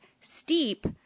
STEEP